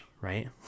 right